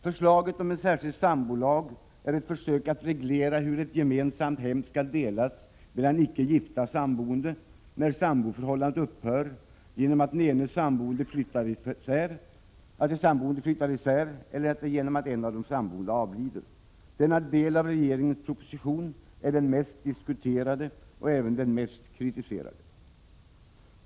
Förslaget om en särskild sambolag är ett försök att reglera hur ett gemensamt hem skall delas mellan icke gifta samboende när samboförhållandet upphör genom att de samboende flyttar isär eller genom att en av de samboende avlider. Denna del av regeringens proposition är den mest diskuterade och även den mest kritiserade.